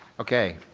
okay.